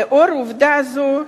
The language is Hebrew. לנוכח עובדה זו,